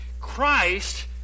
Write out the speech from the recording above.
Christ